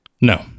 No